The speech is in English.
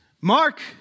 Mark